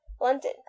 london